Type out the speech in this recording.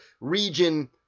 region